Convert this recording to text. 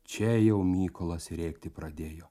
čia jau mykolas rėkti pradėjo